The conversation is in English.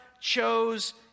chose